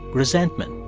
resentment,